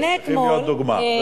אז צריכים להיות דוגמה.